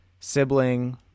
Sibling